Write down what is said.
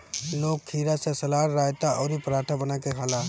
लोग खीरा से सलाद, रायता अउरी पराठा बना के खाला